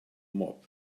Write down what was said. mob